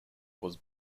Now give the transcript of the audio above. was